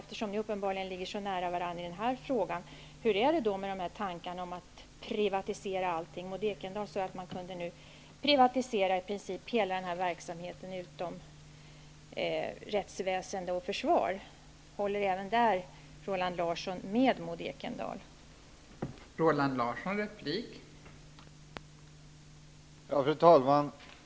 Eftersom ni uppenbarligen är så nära varandra i den här frågan undrar jag hur det är med tankarna att man kan privatisera allt. Maud Ekendahl sade att man i princip kan privatisera hela verksamheten utom rättsväsende och försvar. Håller Roland Larsson med Maud Ekendahl även om detta?